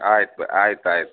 ಆಯ್ತು ಬಿ ಆಯ್ತು ಆಯ್ತು